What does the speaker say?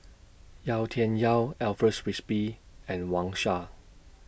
Yau Tian Yau Alfred Frisby and Wang Sha